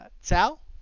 Sal